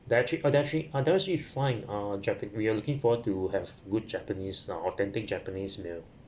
dietary uh dietary uh dietary is fine uh jap~ we are looking forward to have good japanese uh authentic japanese meal